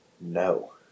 No